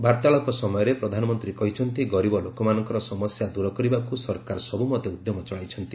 ବାର୍ତ୍ତାଳାପ ସମୟରେ ପ୍ରଧାନମନ୍ତ୍ରୀ କହିଛନ୍ତି ଗରିବ ଲୋକମାନଙ୍କର ସମସ୍ୟା ଦୂର କରିବାକୁ ସରକାର ସବୁମତେ ଉଦ୍ୟମ ଚଳାଇଛନ୍ତି